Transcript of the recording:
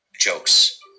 jokes